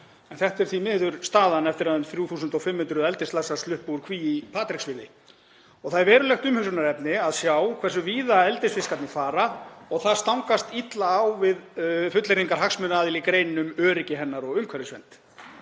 En þetta er því miður staðan eftir að um 3.500 eldislaxar sluppu úr kví Patreksfirði. Það er verulegt umhugsunarefni að sjá hversu víða eldisfiskarnir fara og það stangast illa á við fullyrðingar hagsmunaaðila í greininni um öryggi hennar og umhverfisvernd.